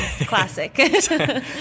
classic